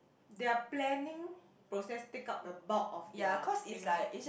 their planning process take up the bulk of their thing right